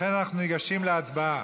אנחנו ניגשים להצבעה.